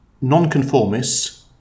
non-conformists